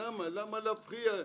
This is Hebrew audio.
למה להפריע?